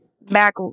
back